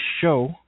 show